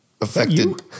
affected